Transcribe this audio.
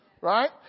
Right